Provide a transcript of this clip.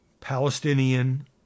Palestinian